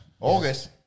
August